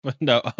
No